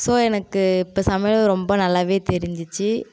so எனக்கு இப்போ சமையல் ரொம்ப நல்லா தெரிஞ்சிடுச்சி